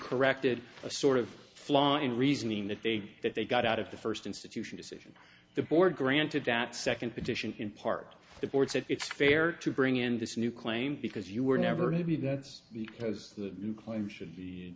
corrected a sort of flaw in reasoning that they that they got out of the first institution decision the board granted that second petition in part the board said it's fair to bring in this new claim because you were never to be that's because the new claim should be